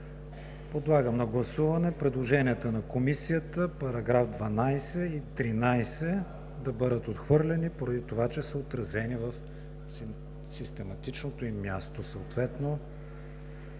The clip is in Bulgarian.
Подлагам на гласуване предложенията на Комисията § 12 и § 13 да бъдат отхвърлени поради това, че са отразени на систематичното им място,